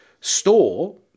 store